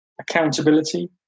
Accountability